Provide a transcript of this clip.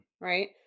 Right